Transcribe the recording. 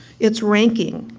its ranking